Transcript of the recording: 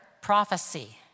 prophecy